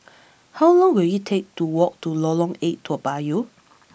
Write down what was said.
how long will it take to walk to Lorong Eight Toa Payoh